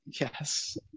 yes